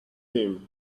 him